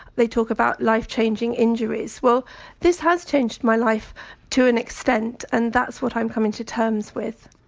they talk about life changing injuries, well this has changed my life to an extent and that's what i'm coming to terms with.